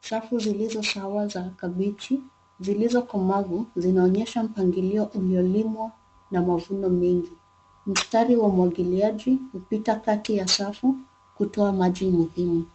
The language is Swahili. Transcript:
Safu zilizo sawa za kabichi zilizo komavu, zinaonyesha mpangilio uliolimwa na mavuno mengi. Mstari wa umwagiliaji hupita kati ya safu kutoa maji muhimu.